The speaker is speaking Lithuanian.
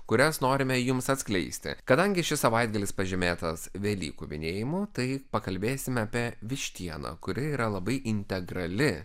kurias norime jums atskleisti kadangi šis savaitgalis pažymėtas velykų minėjimu tai pakalbėsime apie vištieną kuri yra labai integrali